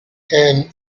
and